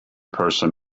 person